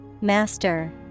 Master